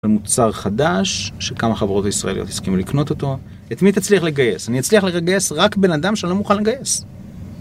המוצר חדש שכמה מהחברות הישראליות הסכימו לקנות אותו. את מי תצליח לגייס? אני אצליח לגייס רק בן אדם שלא מוכן לגייס